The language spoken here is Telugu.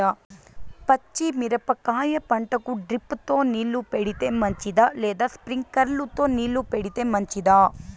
పచ్చి మిరపకాయ పంటకు డ్రిప్ తో నీళ్లు పెడితే మంచిదా లేదా స్ప్రింక్లర్లు తో నీళ్లు పెడితే మంచిదా?